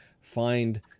find